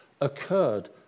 occurred